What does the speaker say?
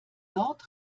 dort